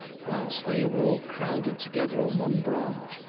whilst they were all crowded together on one branch,